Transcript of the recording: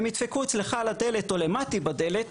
הם ידפקו אצלך על הדלת או למתי בדלת,